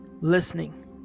listening